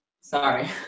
Sorry